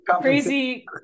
crazy